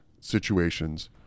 situations